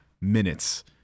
minutes